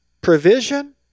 provision